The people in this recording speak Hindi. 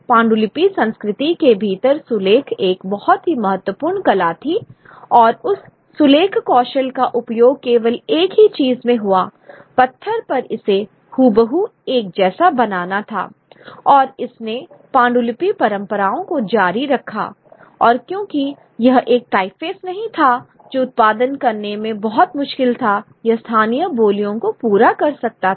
पांडुलिपि संस्कृति के भीतर सुलेख एक बहुत ही महत्वपूर्ण कला थी और उस सुलेख कौशल का उपयोग केवल एक चीज में हुआ पत्थर पर इसे हुबहू एक जैसा बनाना था और इसने पांडुलिपि परंपराओं को जारी रखा और क्योंकि यह एक टाइपफेस नहीं था जो उत्पादन करने में बहुत मुश्किल था यह स्थानीय बोलियों को पूरा कर सकता था